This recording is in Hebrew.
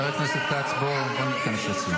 איפה כתוב ערבים?